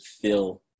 fill